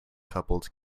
coupled